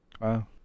Wow